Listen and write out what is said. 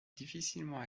difficilement